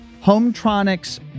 Hometronic's